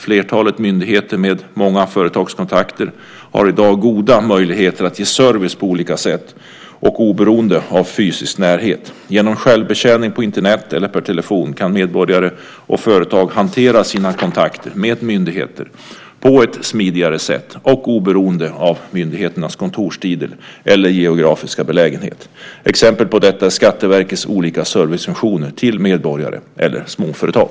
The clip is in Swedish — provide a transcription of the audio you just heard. Flertalet myndigheter med många företagskontakter har i dag goda möjligheter att ge service på olika sätt och oberoende av fysisk närhet. Genom självbetjäning på Internet eller per telefon kan medborgare och företag hantera sina kontakter med myndigheter på ett smidigare sätt och oberoende av myndigheternas kontorstider eller geografiska belägenhet. Exempel på detta är Skatteverkets olika servicefunktioner till medborgare eller småföretag.